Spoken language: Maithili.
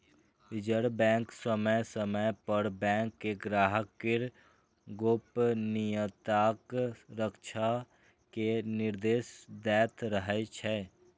रिजर्व बैंक समय समय पर बैंक कें ग्राहक केर गोपनीयताक रक्षा के निर्देश दैत रहै छै